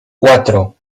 cuatro